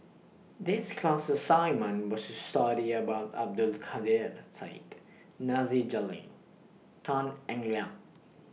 This class assignment was to study about Abdul Kadir Syed Nasir Jalil Tan Eng Liang